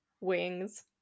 wings